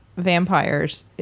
vampires